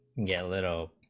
yeah little